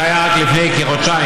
שהייתה רק לפני כחודשיים,